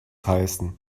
heißen